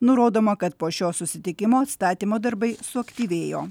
nurodoma kad po šio susitikimo atstatymo darbai suaktyvėjo